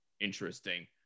interesting